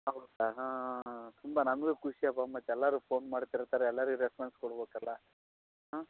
ಹೌದಾ ತುಂಬ ನಂಗೂ ಖುಷಿ ಅಪ್ಪ ಮತ್ತು ಎಲ್ಲರು ಫೋನ್ ಮಾಡ್ತಿರ್ತಾರೆ ಎಲ್ಲರಿಗೂ ರೆಸ್ಪಾನ್ಸ್ ಕೊಡ್ಬೇಕಲ್ಲ ಹಾಂ